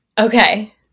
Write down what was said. Okay